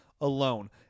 alone